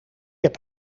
heb